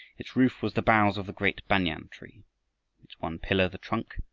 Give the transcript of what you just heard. its roof was the boughs of the great banyan tree its one pillar the trunk,